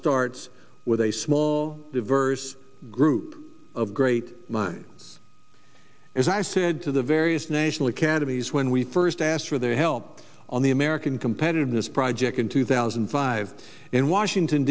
starts with a small diverse group of great minds as i said to the various national academies when we first asked for their help on the american competitiveness project in two thousand and five in washington